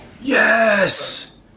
Yes